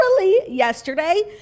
yesterday